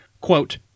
quote